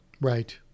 Right